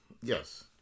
Yes